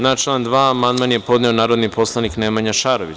Na član 2. amandman je podneo narodni poslanik Nemanja Šarović.